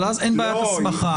אבל אז אין בעיית הסמכה.